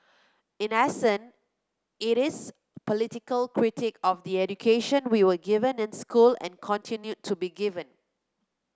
in essence it is political critique of the education we were given in school and continue to be given